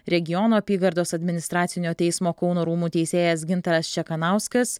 regionų apygardos administracinio teismo kauno rūmų teisėjas gintaras čekanauskas